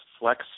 Flex